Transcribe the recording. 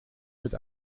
mit